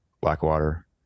Blackwater